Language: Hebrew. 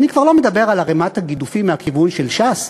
ואני כבר לא מדבר על ערמת הגידופים מהכיוון של ש"ס